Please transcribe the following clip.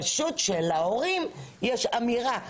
פשוט שלהורים יש אמירה.